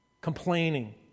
complaining